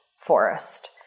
forest